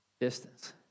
distance